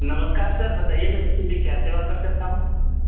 नमस्कार सर बताइए मैं आप के लिए क्या सेवा कर सकता हूँ